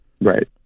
Right